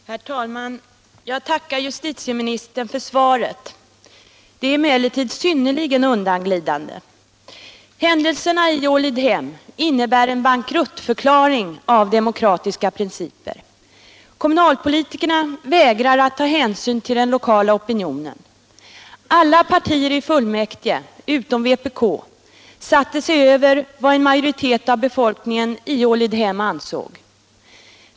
Herr talman! Jag tackar justitieministern för svaret på min fråga. Det är emellertid synnerligen undanglidande. Händelserna i Ålidhem innebär en bankruttförklaring av demokratiska principer. Kommunalpolitikerna vägrar att ta hänsyn till den lokala opinionen. Alla partier i fullmäktige — utom vpk — satte sig över vad en majoritet av befolkningen i Ålidhem ansåg.